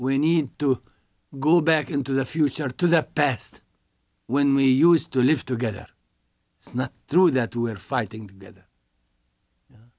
we need to go back into the future to the past when we used to live together it's not true that we're fighting together